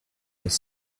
les